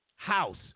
House